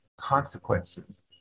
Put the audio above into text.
consequences